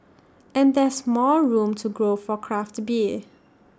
and there's more room to grow for craft beer